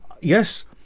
yes